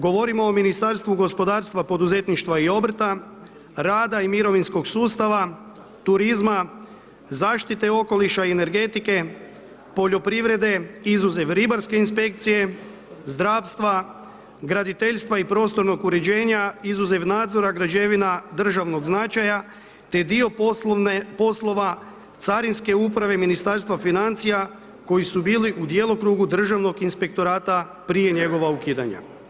Govorimo o Ministarstvu gospodarstva, poduzetništva i obrta, rada i mirovinskog sustava, turizma, zaštite okoliša i energetike, poljoprivrede, izuzev ribarske inspekcije, zdravstva, graditeljstva i prostornog uređenja, izuzev nadzora građevina državnog značaja, te dio poslova carinske uprave Ministarstva financija, koji su bili u djelokrugu Državnog inspektorata prije njegova ukidanja.